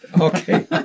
Okay